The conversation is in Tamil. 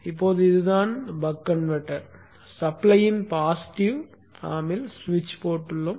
இப்போது இதுதான் பக் கன்வெர்ட்டர் சப்ளையின் பாசிட்டிவ் ஆர்மில் ஸ்விட்ச் போட்டுள்ளோம்